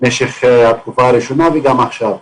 במשך התקופה הראשונה וגם עכשיו.